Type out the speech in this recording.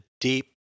deep